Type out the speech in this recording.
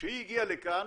כשהיא הגיעה לכאן